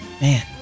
Man